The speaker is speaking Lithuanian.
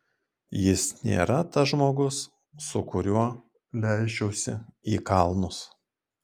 jis nėra tas žmogus su kuriuo leisčiausi į kalnus